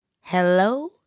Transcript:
Hello